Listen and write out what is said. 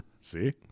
See